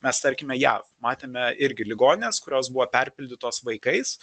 mes tarkime jav matėme irgi ligonines kurios buvo perpildytos vaikais